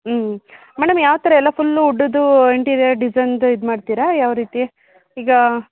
ಹ್ಞೂ ಮೇಡಮ್ ಯಾವ ಥರ ಎಲ್ಲ ಫುಲ್ ವುಡ್ಡುದು ಇಂಟೀರಿಯರ್ ಡಿಸೈನ್ದು ಇದು ಮಾಡ್ತೀರಾ ಯಾವ ರೀತಿ ಈಗ